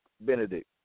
Benedict